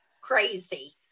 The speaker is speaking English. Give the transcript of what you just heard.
crazy